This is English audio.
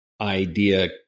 idea